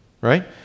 right